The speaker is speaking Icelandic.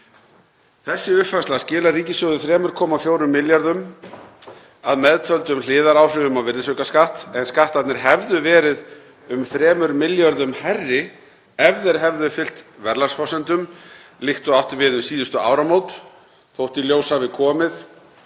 Þessi uppfærsla skilar ríkissjóði 3,4 milljörðum kr. að meðtöldum hliðaráhrifum á virðisaukaskatt, en skattarnir hefðu verið um 3 milljörðum kr. hærri ef þeir hefðu fylgt verðlagsforsendum, líkt og átti við um síðustu áramót, þótt í ljós hafi komið